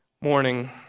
morning